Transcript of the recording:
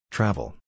Travel